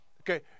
Okay